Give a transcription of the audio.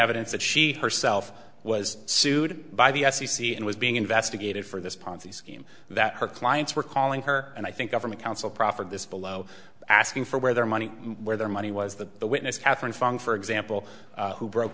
evidence that she herself was sued by the f c c and was being investigated for this ponzi scheme that her clients were calling her and i think government counsel proffered this below asking for where their money where their money was that the witness katherine fung for example who broke